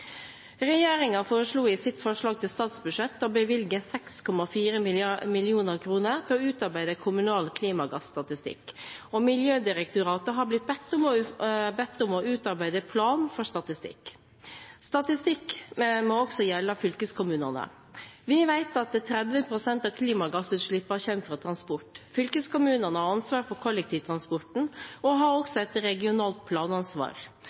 foreslo i sitt statsbudsjett å bevilge 6,4 mill. kr til å utarbeide kommunal klimagasstatistikk, og Miljødirektoratet har blitt bedt om å utarbeide plan for statistikk. Statistikk må også gjelde fylkeskommunene. Vi vet at 30 pst. av klimagassutslippene kommer fra transport. Fylkeskommunene har ansvar for kollektivtransporten og har også et regionalt planansvar.